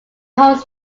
homes